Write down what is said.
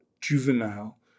juvenile